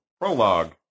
Prologue